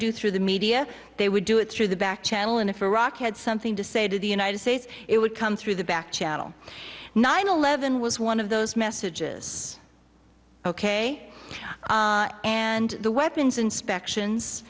do through the media they would do it through the back channel and if iraq had something to say to the united states it would come through the back channel nine eleven was one of those messages ok and the weapons inspections